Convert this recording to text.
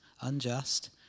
unjust